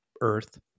earth